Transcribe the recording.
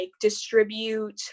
distribute